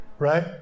Right